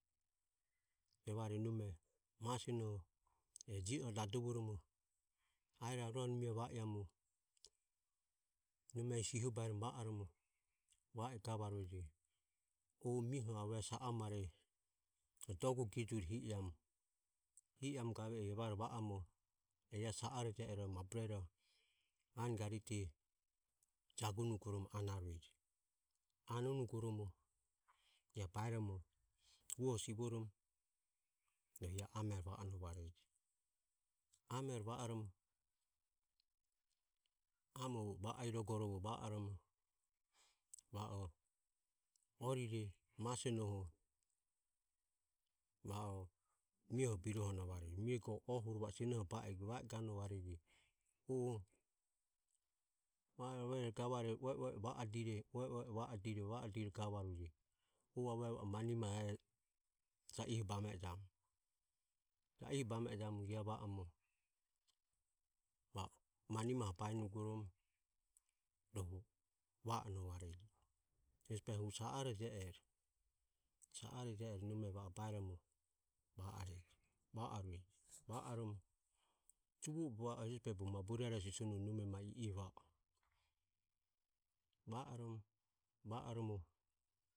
Evare nome ma sionoho je oho dadovoromo aero arua anumiae va iramu nome siho baeromo va oromo va i gavarueje o mioho arue sa amare dogu gejuore hi iramu hi iramu gave i evare va oromo e ia sa are je ero maburero anogritero jagunugoromo anarueje. Anonugoromo ia baeromo uoho sivoromo ia amero va onovareje amero va oromo amoro bogo va irogoro va oromo va o orire masionoho va o mioho birohonovareje mie go ohuro va o sionoho ba ego va i ganovareje. O va avuero arue ue u eve i va adire ue ue i va adire va adire gavareje o e va o manimae e ja iho bame ejiamu. Ja iho bame ejiamu ia va orom va o manimaho baenugorom rohu va onovareje e hesi behoho hu sa are jie ero. Sa are jie ero nome va o baeromo va arueje va oromo juvobe va o ehesi behoho bogo ma bureroho sisonuve nome ma i e va o va orom va orom va oromo